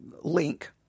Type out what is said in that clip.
link